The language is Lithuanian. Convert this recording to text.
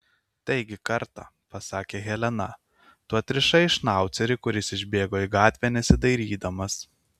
taigi kartą pasakė helena tu atrišai šnaucerį kuris išbėgo į gatvę nesidairydamas